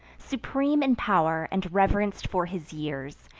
supreme in pow'r, and reverenc'd for his years,